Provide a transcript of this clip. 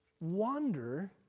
wander